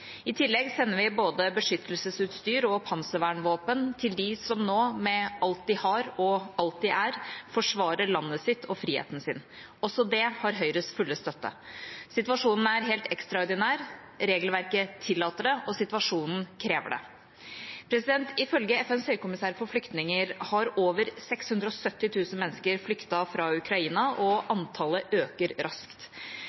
I tillegg sender vi både beskyttelsesutstyr og panservernvåpen til dem som nå med alt de har og alt de er, forsvarer landet sitt og friheten sin. Også det har Høyres fulle støtte. Situasjonen er helt ekstraordinær, regelverket tillater det, og situasjonen krever det. Ifølge FNs høykommissær for flyktninger har over 670 000 mennesker flyktet fra Ukraina, og